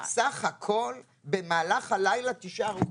סך הכול במהלך הלילה תשעה הרוגים',